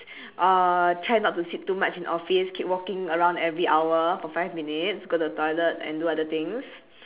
uh try not to sit too much in office keep walking around every hour for five minutes go to the toilet and do other things